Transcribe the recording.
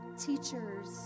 teachers